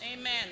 Amen